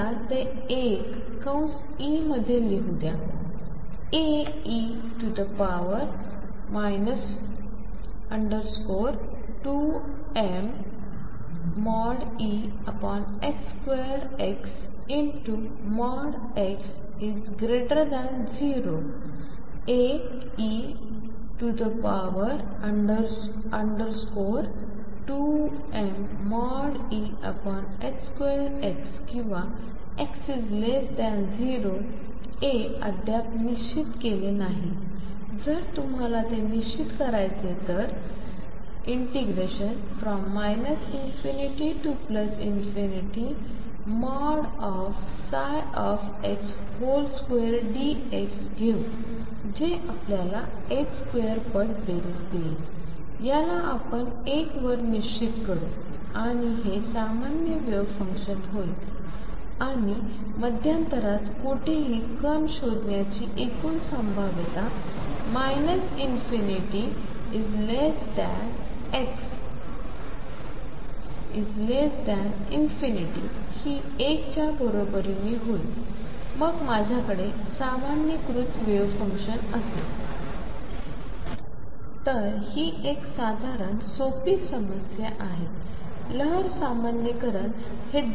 मला ते 1 कंस ई मध्ये लिहू द्या Ae 2mE2xx0 Ae2mE2x किंवा x0 A अद्याप निश्चित केले नाही जर तुम्हाला ते निश्चित करायचेतर आपण ∞x2dx घेऊ जे आपलयाला A2 पट बेरीज देईल याला आपण १ वर निश्चित करू आणि हे सामान्य वेव्ह फंक्शन होईल आणि मध्यांतरात कुठेही कण शोधण्याची एकूण संभाव्यता ∞x∞ हि 1 च्या बरोबरीने होईल मग माझ्याकडे सामान्यीकृत वेव्ह फंक्शन असेल तर ही एक साधारण सोपी समस्या आहे लहर सामान्यीकरण हे 2